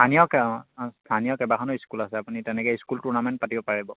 স্থানীয় অঁ স্থানীয় কেবাখনো স্কুল আপুনি তেনেকে স্কুল টুৰ্নামেণ্ট পাতিব পাৰিব